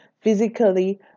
physically